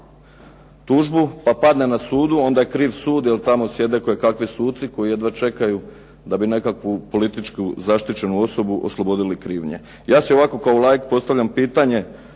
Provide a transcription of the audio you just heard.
tužbu pa padne na sudu onda je kriv sud jer tamo sjede kojekakvi suci koji jedva čekaju da bi nekakvu političku zaštićenu osobu oslobodili krivnje. Ja si ovako kao laik postavljam pitanje